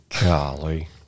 Golly